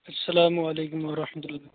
السّلام وعلیکم و رحمۃ اللہ